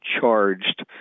charged